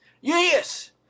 Yes